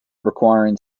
requiring